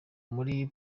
muli